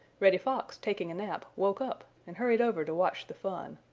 reddy fox, taking a nap, woke up and hurried over to watch the fun.